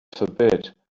forbid